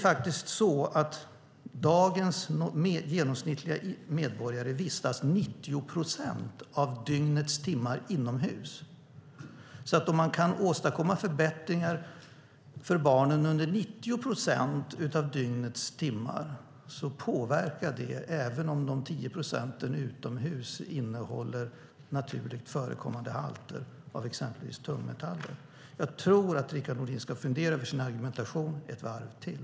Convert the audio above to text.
Dagens genomsnittliga medborgare vistas 90 procent av dygnets timmar inomhus. Om man kan åstadkomma förbättringar för barnen under 90 procent av dygnets timmar så påverkar det, även om de 10 procenten utomhus innehåller naturligt förekommande halter av exempelvis tungmetaller. Jag tror att Rickard Nordin ska fundera ett varv till över sin argumentation.